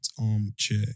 Armchair